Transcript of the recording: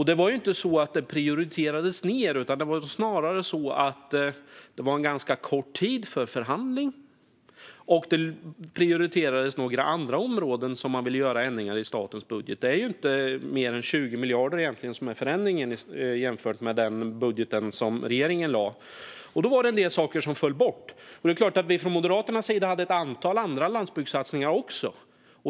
Det var inte så att det prioriterades ned, utan det var snarare så att det var en ganska kort tid för förhandling och att man prioriterade några andra områden där man ville göra ändringar i statens budget. Det är ju egentligen inte mer än 20 miljarder i förändring jämfört med den budget som regeringen lade fram. Då var det en del saker som föll bort. Det är klart att vi från Moderaternas sida hade ett antal andra landsbygdssatsningar också.